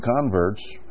converts